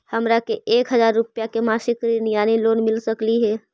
हमरा के एक हजार रुपया के मासिक ऋण यानी लोन मिल सकली हे?